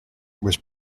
was